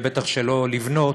ובטח שלא לבנות,